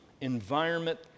environment